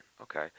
okay